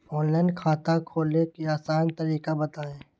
Online खाता खोले के आसान तरीका बताए?